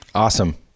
Awesome